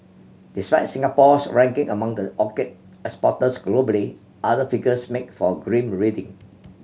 despite Singapore's ranking among the orchid exporters globally other figures make for grim reading